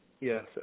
Yes